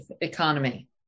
economy